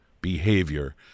behavior